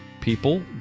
people